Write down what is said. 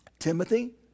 Timothy